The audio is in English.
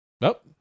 Nope